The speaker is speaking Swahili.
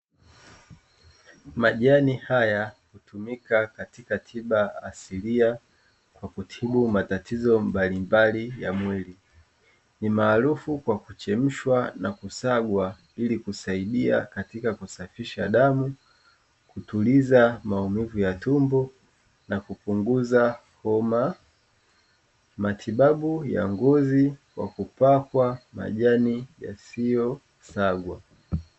Majani haya hutumika katika tiba asilia kwa kutibu matatizo mbalimbali ya mwili ni maarufu kwa kuchemshwa na kusagwa ili kusaidia katika kusafisha damu, kutuliza maumivu ya tumbo, na kupunguza homa, matibabu ya ngozi wa kupakwa majani yasiyosagwa.